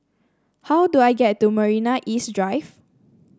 how do I get to Marina East Drive